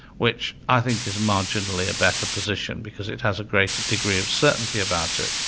which i think is marginally a better position because it has a greater degree of certainty about it.